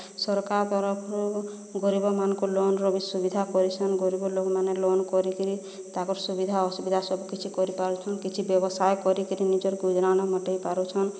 ସରକାର୍ ତରଫରୁ ଗରିବମାନକର୍ ଲୋନ୍ ର ବି ସୁବିଧା କରିଛନ୍ ଗରିବ ଲୋକମାନେ ଲୋନ୍ କରିକିରି ତାକର୍ ସୁବିଧା ଅସୁବିଧା ସବୁ କିଛି କରି ପାରୁଛନ୍ କିଛି ବ୍ୟବସାୟ କରିକିରି ନିଜର୍ ଗୁଜୁରାଣ ମେଣ୍ଟେଇ ପାରୁଛନ୍